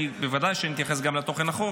ודאי שאני אתייחס גם לתוכן החוק,